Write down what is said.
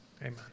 Amen